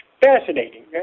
fascinating